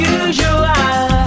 usual